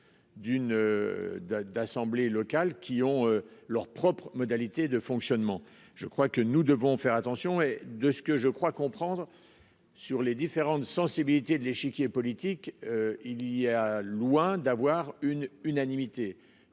d'assemblées locales qui ont leurs propres modalités de fonctionnement. Je crois que nous devons faire attention, et de ce que je crois comprendre sur les différentes sensibilités de l'échiquier politique. Il y a loin d'avoir une unanimité,